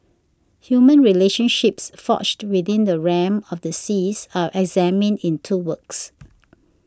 human relationships forged within the realm of the seas are examined in two works